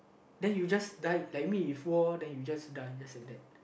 then you just died like me before then you just die just like that